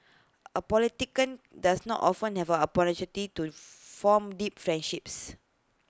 A politician does not often have A opportunity to form deep friendships